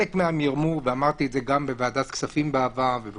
המרמור הכי גדול ואמרתי את זה גם בוועדת הכספים ובכל